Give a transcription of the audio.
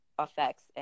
effects